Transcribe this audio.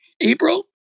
April